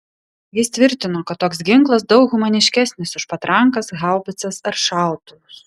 jis tvirtino kad toks ginklas daug humaniškesnis už patrankas haubicas ar šautuvus